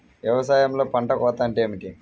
వ్యవసాయంలో పంట కోత అంటే ఏమిటి?